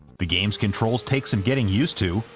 the game's controls take some getting used to,